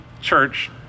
church